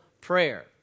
prayer